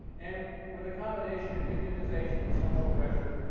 and with a combination of unionization and social pressure,